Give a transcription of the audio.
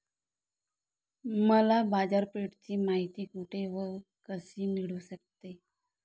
मला बाजारपेठेची माहिती कुठे व कशी मिळू शकते?